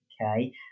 Okay